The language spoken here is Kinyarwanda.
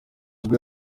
ubwo